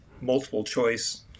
multiple-choice